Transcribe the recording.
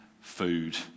food